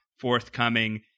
forthcoming